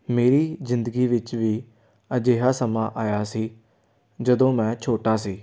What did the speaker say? ਮੇਰੀ ਜ਼ਿੰਦਗੀ ਵਿੱਚ ਵੀ ਅਜਿਹਾ ਸਮਾਂ ਆਇਆ ਸੀ ਜਦੋਂ ਮੈਂ ਛੋਟਾ ਸੀ